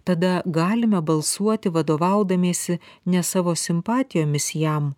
tada galime balsuoti vadovaudamiesi ne savo simpatijomis jam